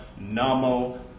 Namo